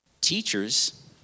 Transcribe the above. Teachers